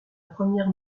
première